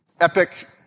epic